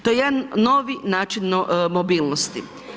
To je jedan novi način mobilnosti.